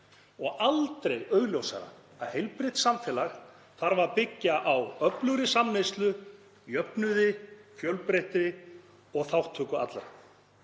og aldrei augljósara að heilbrigt samfélag þarf að byggja á öflugri samneyslu, jöfnuði, fjölbreytni og þátttöku allra.